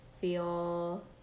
feel